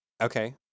Okay